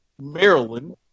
Maryland